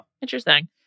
Interesting